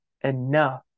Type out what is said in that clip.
enough